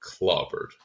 clobbered